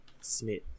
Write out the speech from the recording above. Smith